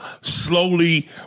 slowly